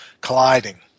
colliding